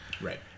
Right